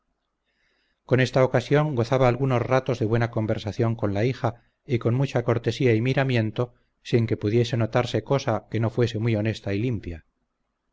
con esta ocasión gozaba algunos ratos de buena conversación con la hija y con mucha cortesía y miramiento sin que pudiese notarse cosa que no fuese muy honesta y limpia